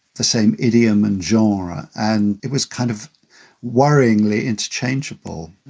the same idiom and jorah. and it was kind of worryingly interchangeable.